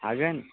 हागोन